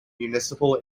municipal